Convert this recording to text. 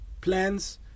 plans